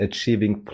Achieving